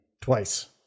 twice